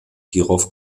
hierauf